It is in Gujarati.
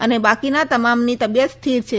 અને બાકીના તમામની તબીયત સ્થિર છે